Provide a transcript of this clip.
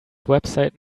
website